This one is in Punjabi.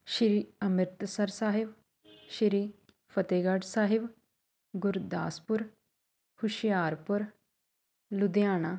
ਸ਼੍ਰੀ ਅੰਮ੍ਰਿਤਸਰ ਸਾਹਿਬ ਸ਼੍ਰੀ ਫਤਿਹਗੜ੍ਹ ਸਾਹਿਬ ਗੁਰਦਾਸਪੁਰ ਹੁਸ਼ਿਆਰਪੁਰ ਲੁਧਿਆਣਾ